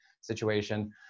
situation